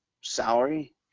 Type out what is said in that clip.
salary